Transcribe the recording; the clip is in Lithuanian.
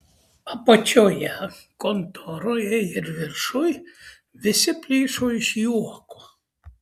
apačioje kontoroje ir viršuj visi plyšo iš juoko